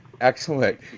Excellent